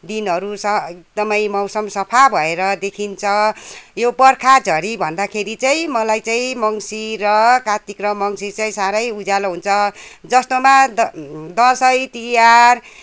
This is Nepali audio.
दिनहरू छ एकदमै मौसम सफा भएर देखिन्छ यो बर्खा झरी भन्दाखेरि चाहिँ मलाई चाहिँ मङ्सिर र कार्तिक र मङ्सिर चाहिँ साह्रै उज्यालो हुन्छ जस्तोमा द दसैँ तिहार